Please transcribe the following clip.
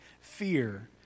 fear